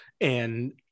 and-